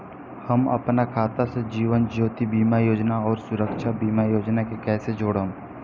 हम अपना खाता से जीवन ज्योति बीमा योजना आउर सुरक्षा बीमा योजना के कैसे जोड़म?